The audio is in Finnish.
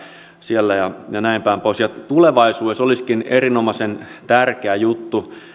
siellä ja näinpäin pois tulevaisuudessa olisikin erinomaisen tärkeä juttu